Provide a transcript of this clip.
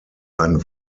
ein